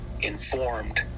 informed